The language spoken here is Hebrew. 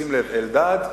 אלדד,